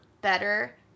better